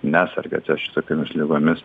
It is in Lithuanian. nesergate šitokiomis ligomis